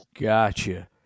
Gotcha